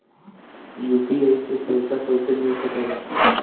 UPI से पइसा कईसे मिल सके ला?